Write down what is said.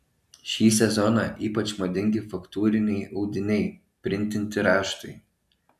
šį sezoną ypač madingi faktūriniai audiniai printinti raštai